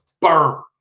burn